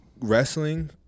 Wrestling